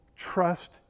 Trust